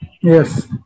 Yes